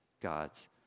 God's